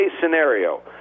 scenario